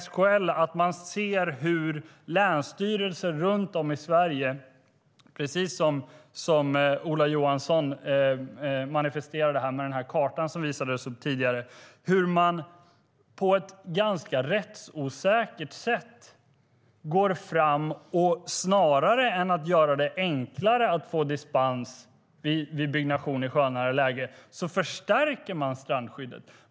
SKL ser hur länsstyrelser runt om i Sverige, precis som Ola Johansson manifesterade genom att visa upp kartan tidigare, på ett rättsosäkert sätt snarare än att göra det enklare att få dispens för byggnation i sjönära läge förstärker strandskyddet.